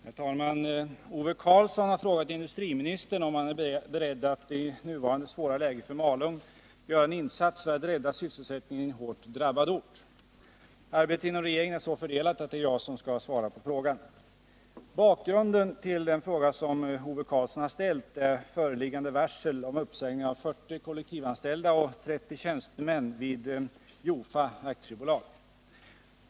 Herr talman! Ove Karlsson har frågat industriministern om han är beredd att i nuvarande svåra läge för Malung göra en insats för att rädda sysselsättningen i en hårt drabbad ort. Arbetet inom regeringen är så fördelat att det är jag som skall svara på frågan. Bakgrunden till den fråga som Ove Karlsson har ställt är föreliggande varsel om uppsägning av 40 kollektivanställda och 30 tjänstemän vid Jofa AB.